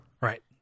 Right